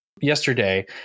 yesterday